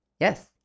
Yes